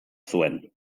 zuen